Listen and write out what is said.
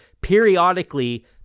periodically